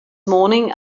morning